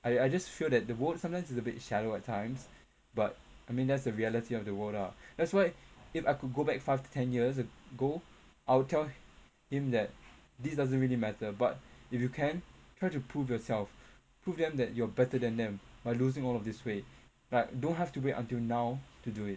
I I just feel that the world sometimes is a bit shallow at times but I mean that's the reality of the world lah that's why if I could go back five to ten years ago I'll tell him that this doesn't really matter but if you can try to prove yourself prove them that you are better than them by losing all of this weight like don't have to wait until now to do it